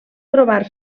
trobar